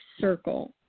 circle